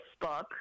Facebook